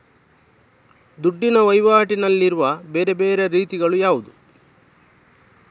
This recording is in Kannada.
ದುಡ್ಡಿನ ವಹಿವಾಟಿನಲ್ಲಿರುವ ಬೇರೆ ಬೇರೆ ರೀತಿಗಳು ಯಾವುದು?